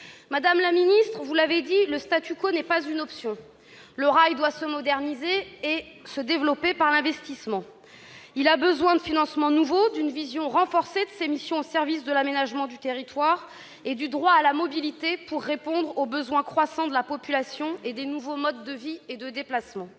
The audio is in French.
Madame la ministre, vous l'avez dit, le n'est pas une option, le rail doit se moderniser et se développer par l'investissement. Il a besoin de financements nouveaux, d'une vision renforcée de ses missions au service de l'aménagement du territoire et du droit à la mobilité pour répondre aux besoins croissants de la population et des nouveaux modes de vie et de déplacement.